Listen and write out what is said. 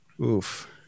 Oof